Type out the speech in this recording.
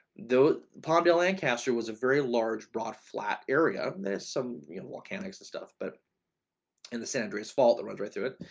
though palmdale lancaster was a very large brought flat area. um there's some mechanics and stuff but and san andreas fault runs right through it.